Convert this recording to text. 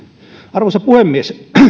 arvoisa puhemies